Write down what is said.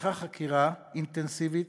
נפתחה חקירה אינטנסיבית,